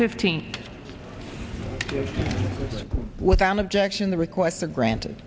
fifteenth without objection the request for granted